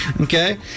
Okay